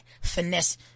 Finesse